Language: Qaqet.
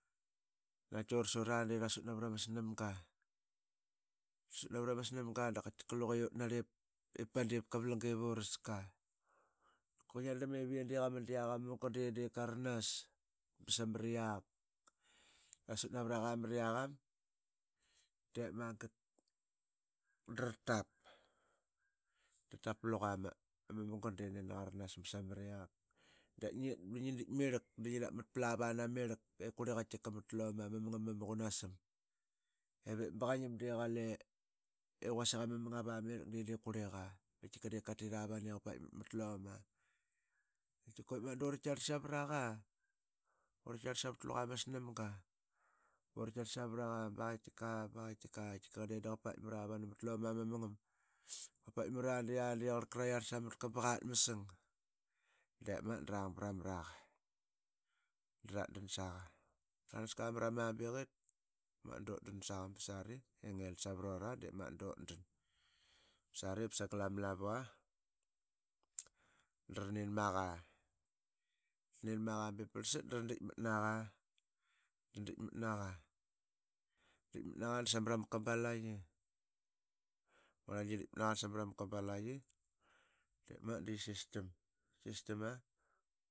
Naqaiti ura sura de rasut navrama snamga dap qaitika luqe i utnarlip pa diip qavalanga ip uraska. Qaitika que ngi atdalarm iv iyi de qaman diaq ama munga ba samariak. Tasut navaraqa maria qam dep magat dratap pluqa ama munga da nami qaranas ba samriaq. Dap ngiet ba ngi ditk mirlak de ngi rapmat plara namirlak ip qurliqa mat luma ama mungam ama quanasam. Ivep ba qa ngim de quasik ama mungara mirlak de diip qurliqa. qaitika diip qatiravanu i qa paitmat mat luma. Dap qaitika que ura tkarat savaraqa urat tkarlat savat luqa ama snamga ura tkarlat savaraqa. ba qatika. ba qa dedaqa paitmat avanu matluma ama mugum. Qa pait mara de a de a de raiyarlat samatka ba qat masang de magat drang bramaraqa dratdan saqa branaska mrama biqit dep magat dutdan saqa ba sari i ngil savarora dep mangat dutdan sari sagal ama lavua dranim maqa. Rnin maqa bep parlsat dra ditkmat naqa da samat ama gabalqi yi. ngarlnangi yi ditkmatnaqa ba samarama gabalaki depmangat de qisistam. qisistam